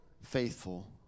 faithful